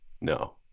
no